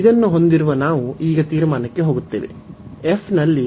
ಇದನ್ನು ಹೊಂದಿರುವ ನಾವು ಈಗ ತೀರ್ಮಾನಕ್ಕೆ ಹೋಗುತ್ತೇವೆ